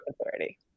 authority